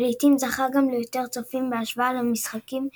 ולעיתים זכה גם ליותר צופים בהשוואה למשחקים האולימפיים.